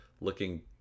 Looking